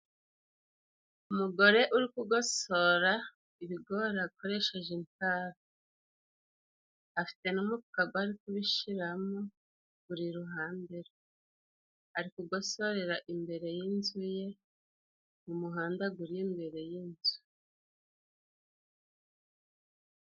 Umugore uri kugosora ibigori ,akoresheje intara afite n'umufuka gwari kubishyiramo, buri ruhande ari kugosorera imbere y'inzu ye, mu muhanda guri imbere y'inzu.